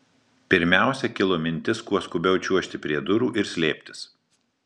pirmiausia kilo mintis kuo skubiau čiuožti prie durų ir slėptis